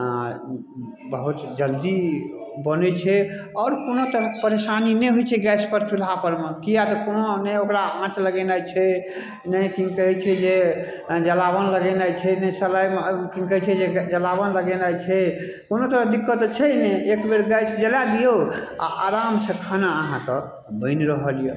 अऽ बहुत जल्दी बनै छै आओर कोनो तरह परेशानी नहि होइ छै गैसपर चूल्हापर मे किए तऽ कोनो नहि ओकरा आँच लगेनाइ छै नै कि कहै छै जे जलावन लगेनाइ छै ने सलाइमे आओर कि कहै छै जे जलावन लगेनाइ छै कोनो तरहके दिक्कत तऽ छै ने एकबेर गैस जलाय दियौ आओर आरामसँ खाना अहाँके बनि रहल यऽ